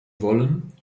wollen